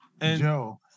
Joe